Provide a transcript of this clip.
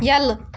یَلہٕ